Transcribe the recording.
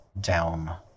down